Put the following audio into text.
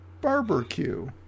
barbecue